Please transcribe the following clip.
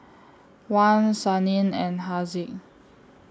Wan Senin and Haziq